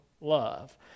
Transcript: love